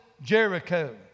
Jericho